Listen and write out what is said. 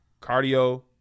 cardio